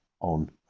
on